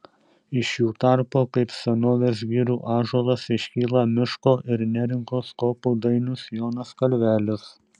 iš jų tarpo kaip senovės girių ąžuolas iškyla miško ir neringos kopų dainius jonas kalvelis